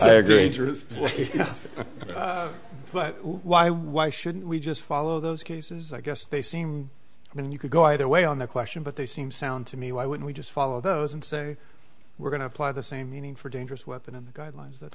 dangerous but why why should we just follow those cases i guess they seem i mean you could go either way on the question but they seem sound to me why would we just follow those and say we're going to apply the same meaning for dangerous weapon guidelines that